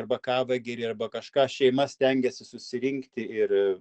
arba kavą geri arba kažką šeima stengiasi susirinkti ir